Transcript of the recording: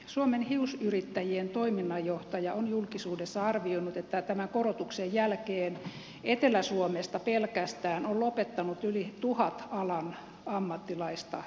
suomen hiusyrittäjien toiminnanjohtaja on julkisuudessa arvioinut että tämän korotuksen jälkeen pelkästään etelä suomesta on lopettanut yli tuhat alan ammattilaista eli parturi kampaamoa